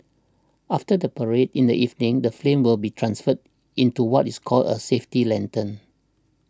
after the parade in the evening the flame will be transferred into what is called a safety lantern